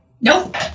Nope